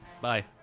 Bye